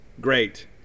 Great